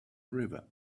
river